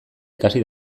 ikasi